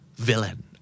Villain